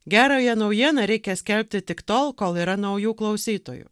gerąją naujieną reikia skelbti tik tol kol yra naujų klausytojų